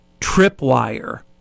tripwire